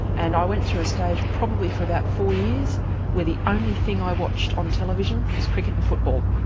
and i went through a stage, probably for about four years where the only thing i watched on television was cricket and football.